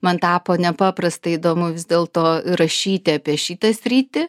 man tapo nepaprastai įdomu vis dėlto rašyti apie šitą sritį